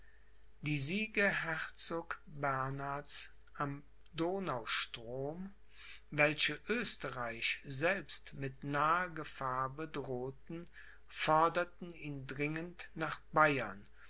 die siege herzog bernhards am donaustrom welche oesterreich selbst mit naher gefahr bedrohten forderten ihn dringend nach bayern